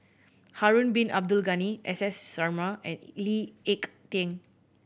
Harun Bin Abdul Ghani S S Sarma and Lee Ek Tieng